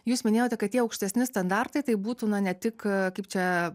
jūs minėjote kad tie aukštesni standartai tai būtų ne tik kaip čia